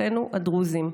אחינו הדרוזים,